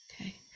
okay